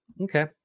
Okay